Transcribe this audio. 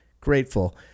grateful